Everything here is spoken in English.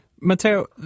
Matteo